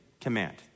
command